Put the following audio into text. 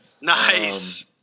nice